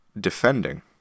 defending